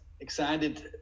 excited